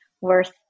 worth